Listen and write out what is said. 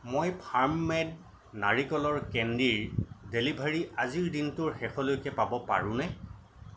মই farm made নাৰিকলৰ কেণ্ডিৰ ডেলিভাৰী আজিৰ দিনটোৰ শেষলৈকৈ পাব পাৰোনে